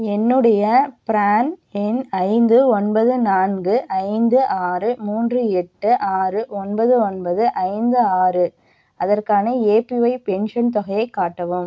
என்னுடைய ப்ரான் எண் ஐந்து ஒன்பது நான்கு ஐந்து ஆறு மூன்று எட்டு ஆறு ஒன்பது ஒன்பது ஐந்து ஆறு அதற்கான ஏபிஒய் பென்ஷன் தொகையைக் காட்டவும்